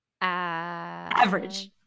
Average